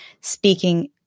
speaking